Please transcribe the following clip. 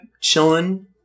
chilling